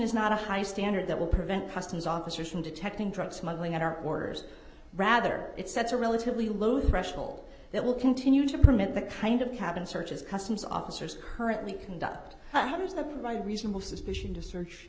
is not a high standard that will prevent customs officers from detecting drug smuggling on our orders rather it sets a relatively low threshold that will continue to permit the kind of cabin searches customs officers currently conduct by reasonable suspicion to search